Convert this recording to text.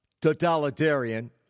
totalitarian